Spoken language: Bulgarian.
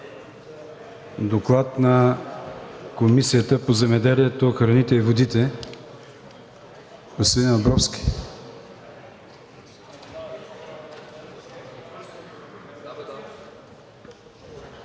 Доклад на Комисията по земеделието, храните и водите – господин Абровски,